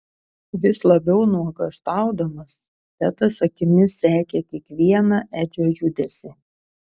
vis labiau nuogąstaudamas tedas akimis sekė kiekvieną edžio judesį